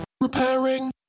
repairing